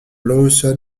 lawson